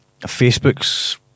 Facebook's